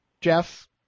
Jeff